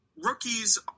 rookies